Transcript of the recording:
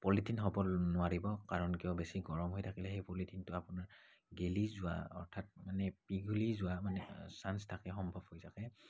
polythene হ'ব নোৱাৰিব কাৰণ কিয় বেছি গৰম হৈ থাকিলে সেই পলিথিনটো আপোনাৰ গেলি যোৱা অৰ্থাৎ মানে পিঘলি যোৱাৰ মানে চাঞ্চ থাকে সম্ভৱ হৈ থাকে